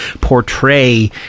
portray